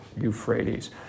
Euphrates